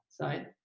side